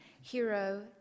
Hero